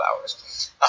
hours